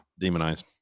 demonize